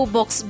Box